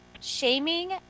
shaming